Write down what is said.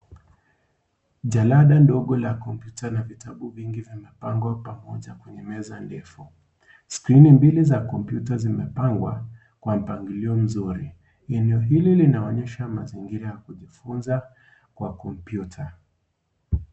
Jalada ndogo la kompyuta na vitabu vingi vimepangwa pamoja kwenye meza ndefu. Skrini mbili za kompyuta zimepangwa, kwa mpangilio mzuri. Eneo hili linaonyesha mazingira ya kujifunza, kwa kompyuta.